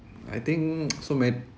I think so man~